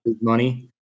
money